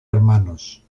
hermanos